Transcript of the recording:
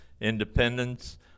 independence